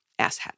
asshat